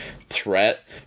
threat